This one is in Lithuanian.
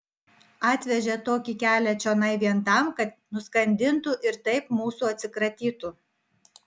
atvežė tokį kelią čionai vien tam kad nuskandintų ir taip mūsų atsikratytų